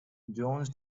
jones